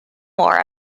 more